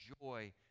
joy